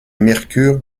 mercure